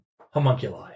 homunculi